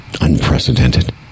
Unprecedented